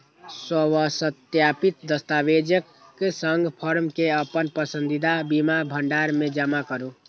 स्वसत्यापित दस्तावेजक संग फॉर्म कें अपन पसंदीदा बीमा भंडार मे जमा करू